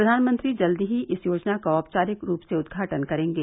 प्रधानमंत्री जल्द ही इस योजना का औपचारिक रूप से उद्घाटन पंजी करेंगे